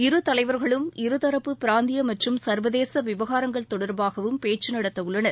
இரு தலைவர்களும் இருதரப்பு பிராந்திய மற்றும் சர்வதேச விவகாரங்கள் தொடர்பாகவும் பேச்சு நடத்தவுள்ளனர்